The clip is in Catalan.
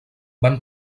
van